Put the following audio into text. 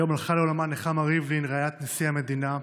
היום הלכה לעולמה נחמה ריבלין, רעיית נשיא המדינה,